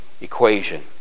equation